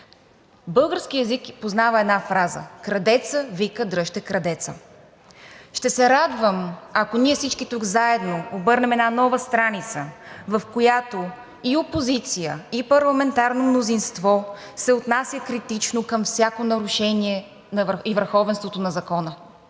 Българският език познава една фраза: „Крадецът вика: дръжте крадеца!“ Ще се радвам, ако всички ние тук заедно обърнем една нова страница, в която и опозиция, и парламентарно мнозинство се отнасят критично към всяко нарушение и „върховенството“ на закона.